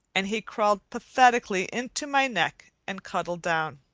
and he crawled pathetically into my neck and cuddled down.